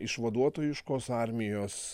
išvaduotojiškos armijos